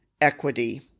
equity